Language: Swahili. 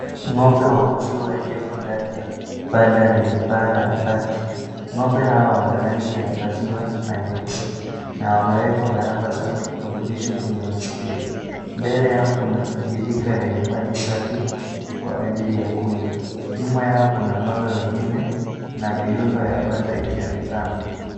Ng'ombe wa maziwa walioko ndani ya banda lenye paa la mabati, ng'ombe hawa wana rangi ya maziwa na nyeusi na wamewekwa alama za kwenye maskio mbele yao kuna birika lenye maji safi kwa ajili ya kunywa, nyuma yao kuna ng'ombe wengine na miundo ya banda ikionekana.